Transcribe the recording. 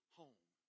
home